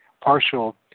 partial